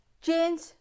change